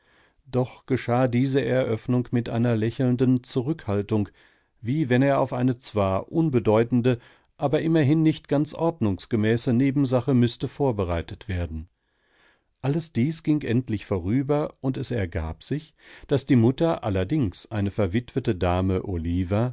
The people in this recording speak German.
doch geschah diese eröffnung mit einer lächelnden zurückhaltung wie wenn er auf eine zwar unbedeutende aber immerhin nicht ganz ordnungsgemäße nebensache müßte vorbereitet werden alles dies ging endlich vorüber und es ergab sich daß die mutter allerdings eine verwitwete dame oliva